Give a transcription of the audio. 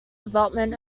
development